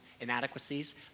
inadequacies